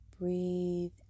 breathe